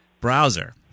browser